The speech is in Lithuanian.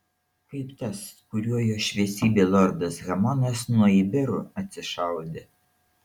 kaip tas kuriuo jo šviesybė lordas hamonas nuo iberų atsišaudė